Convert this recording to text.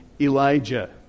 Elijah